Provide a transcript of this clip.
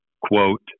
Quote